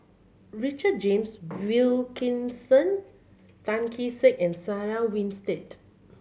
Richard James Wilkinson Tan Kee Sek and Sarah Winstedt